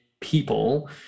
people